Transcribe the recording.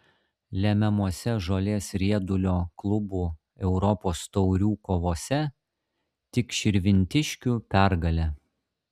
lemiamose žolės riedulio klubų europos taurių kovose tik širvintiškių pergalė